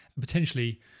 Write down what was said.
potentially